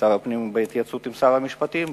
שר הפנים בהתייעצות עם שר המשפטים,